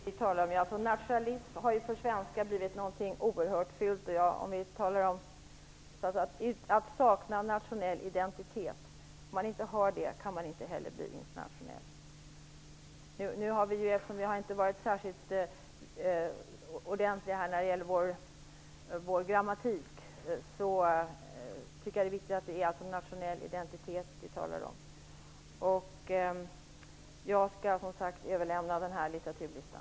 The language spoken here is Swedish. Fru talman! Det är alltså den nationella identiteten som vi talar om. Nationalism har ju för svenskar blivit någonting som är oerhört fult. Vi talar om att sakna nationell identitet; då kan man inte heller bli internationell. Vi har inte varit särskilt ordentliga när det gäller grammatiken i denna debatt, så jag tycker därför att det är viktigt att säga att det är nationell identitet vi talar om. Jag skall överlämna den här litteraturlistan.